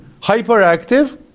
hyperactive